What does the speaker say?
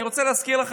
אני רוצה להזכיר לך,